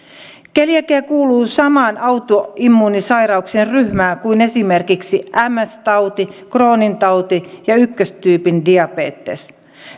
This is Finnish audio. keliakia kuuluu samaan autoimmuunisairauksien ryhmään kuin esimerkiksi ms tauti crohnin tauti ja ykköstyypin diabetes